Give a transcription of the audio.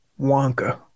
Wonka